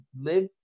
live